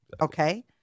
okay